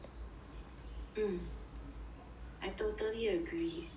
mm I totally agree